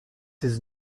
his